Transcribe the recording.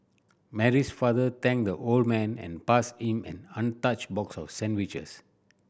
Mary's father thanked the old man and passed him an untouched box of sandwiches